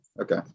Okay